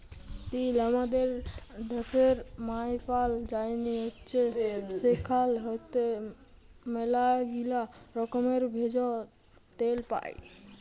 তিল হামাদের ড্যাশের মায়পাল যায়নি হৈচ্যে সেখাল হইতে ম্যালাগীলা রকমের ভেষজ, তেল পাই